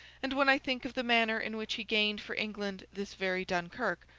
and when i think of the manner in which he gained for england this very dunkirk,